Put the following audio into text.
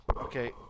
Okay